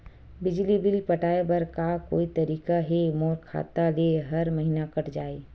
बिजली बिल पटाय बर का कोई तरीका हे मोर खाता ले हर महीना कट जाय?